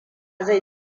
zai